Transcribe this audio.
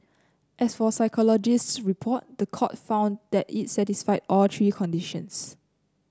as for psychologist's report the court found that it satisfied all three conditions